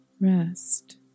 rest